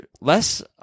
less